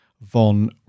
Von